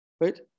Right